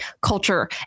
culture